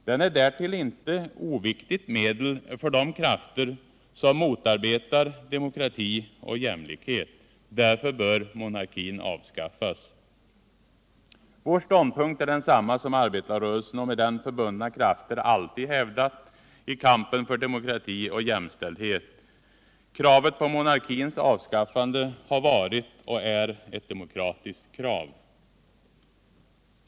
Den är därtill ett inte oviktigt medel för de krafter som motarbetar demokrati och jämlikhet. Därför bör monarkin avskaffas. Vår ståndpunkt är densamma som arbetarrörelsen och med den förbundna krafter alltid hävdat i kampen för demokrati och jämställdhet. Kravet på monarkins avskaffande har varit och är ett demokratiskt krav.